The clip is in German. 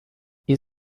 ihr